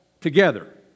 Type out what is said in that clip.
together